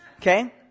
Okay